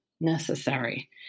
necessary